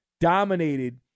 dominated